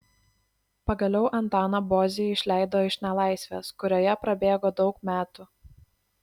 pagaliau antaną bozį išleido iš nelaisvės kurioje prabėgo daug metų